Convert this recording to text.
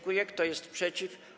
Kto jest przeciw?